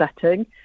setting